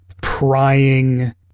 Prying